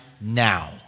now